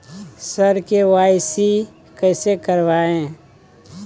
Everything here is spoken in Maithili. सर के.वाई.सी कैसे करवाएं